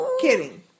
Kidding